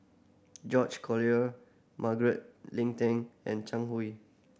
George Collyer Margaret Leng Tan and Chang Hui